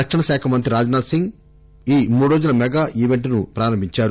రక్షణ మంత్రి రాజ్ నాథ్ సింగ్ ఈ మూడురోజుల మెగా కుపెంట్ ను ప్రారంభించారు